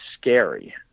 scary